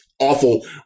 Awful